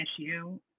issue